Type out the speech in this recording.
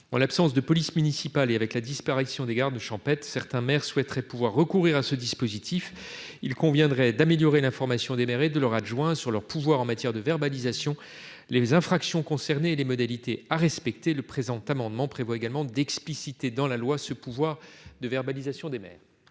en l'absence de police municipale et avec la disparition des garde-champêtre, certains maires souhaiterait pouvoir recourir à ce dispositif, il conviendrait d'améliorer l'information des mères et de leurs adjoints sur leurs pouvoirs en matière de verbalisation les infractions concernées et les modalités à respecter le présent amendement prévoit également d'expliciter dans la loi ce pouvoir de verbalisation des mers.